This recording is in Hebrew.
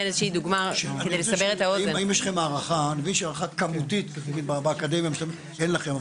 מבין שהערכה כמותית אין לכם,